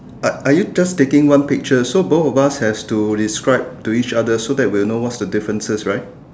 are are you just taking one pictures so both of us have to describe to each other so that we'll know what's the differences right